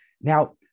now